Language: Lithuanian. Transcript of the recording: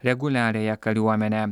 reguliariąją kariuomenę